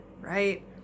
right